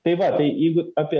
tai va tai jeigu apie